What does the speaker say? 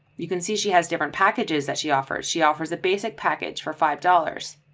you can see she has different packages that she offers, she offers a basic package for five dollars.